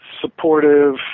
supportive